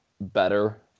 better